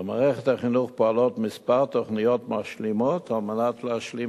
במערכת החינוך פועלות מספר תוכניות משלימות על מנת להשלים